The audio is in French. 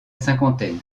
cinquantaine